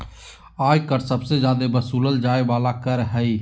आय कर सबसे जादे वसूलल जाय वाला कर हय